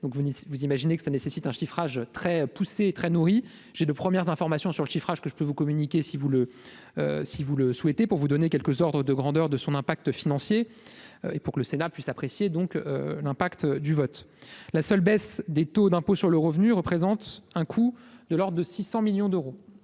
vous imaginez que ça nécessite un chiffrage très poussée, très nourris, j'ai de premières informations sur le chiffrage que je peux vous communiquer, si vous le si vous le souhaitez, pour vous donner quelques ordres de grandeur, de son impact financier et pour que le Sénat puisse apprécier donc l'impact du vote, la seule baisse des taux d'impôt sur le revenu, représente un coût de l'Ordre de 600 millions d'euros,